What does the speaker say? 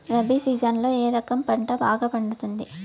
రబి సీజన్లలో ఏ రకం పంట బాగా పండుతుంది